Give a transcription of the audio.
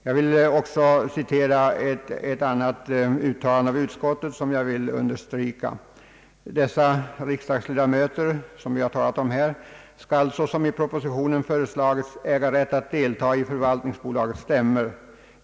Jag vill också citera ett annat uttalande av utskottet: »Dessa riksdagsledamöter skall såsom i propositionen föreslagits äga rätt att delta i förvaltningsbolagets bolagsstämmor.